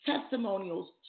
testimonials